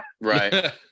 right